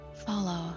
follow